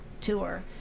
tour